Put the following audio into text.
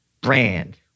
brand